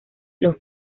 los